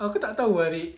aku tak tahu ah